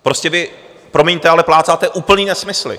Prostě vy, promiňte, ale plácáte úplný nesmysly!